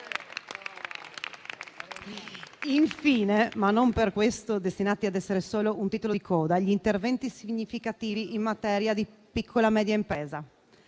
Infine, ma non per questo destinati a essere solo un titolo di coda, vi sono gli interventi significativi in materia di piccola e media impresa.